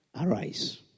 Arise